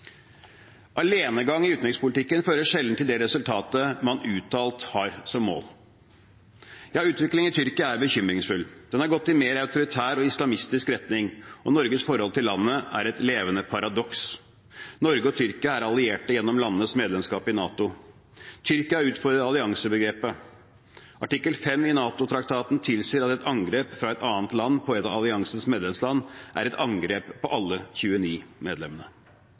Alenegang i utenrikspolitikken fører sjelden til det resultatet man uttalt har som mål. Ja, utviklingen i Tyrkia er bekymringsfull. Den har gått i mer autoritær og islamistisk retning, og Norges forhold til landet er et levende paradoks. Norge og Tyrkia er allierte gjennom landenes medlemskap i NATO. Tyrkia utfordrer alliansebegrepet. Artikkel 5 i NATO-traktaten tilsier at et angrep fra et annet land på et av alliansens medlemsland er et angrep på alle 29 medlemmene.